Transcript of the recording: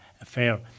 affair